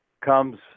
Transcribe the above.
comes